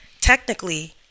technically